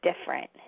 different